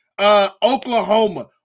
Oklahoma